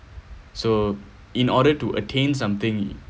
so in order to attain something